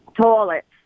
toilets